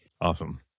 Awesome